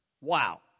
Wow